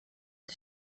the